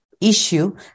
issue